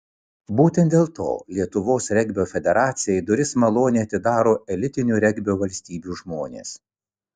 būtent dėl to lietuvos regbio federacijai duris maloniai atidaro elitinių regbio valstybių žmonės